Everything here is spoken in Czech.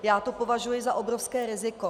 Já to považuji za obrovské riziko.